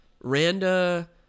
Randa